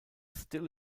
still